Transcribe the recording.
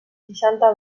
seixanta